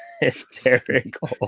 hysterical